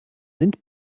sind